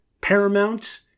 Paramount